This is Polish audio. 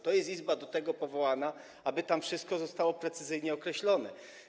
To jest Izba do tego powołana, aby tam wszystko zostało precyzyjnie określone.